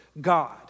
God